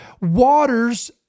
waters